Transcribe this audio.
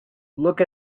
look